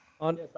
on